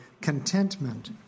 contentment